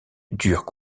durent